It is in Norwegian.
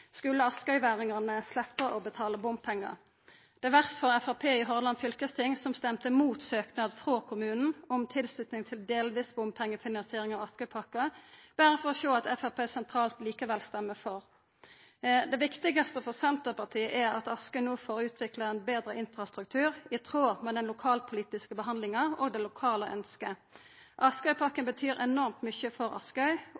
skulle Askøyværingane sleppa å betala bompengar. Det er verst for Framstegspartiet i Hordaland fylkesting, som stemte imot søknad frå kommunen om tilslutning til delvis bompengefinansiering av Askøypakken, berre for å sjå at Framstegspartiet sentralt likevel stemmer for. Det viktigaste for Senterpartiet er at Askøy no får utvikla ein betre infrastruktur i tråd med den lokalpolitiske behandlinga og det lokale ønsket.